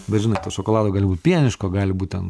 bet žinai to šokolado gali būt pieniško gali būt ten